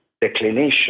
declination